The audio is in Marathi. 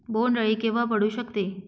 बोंड अळी केव्हा पडू शकते?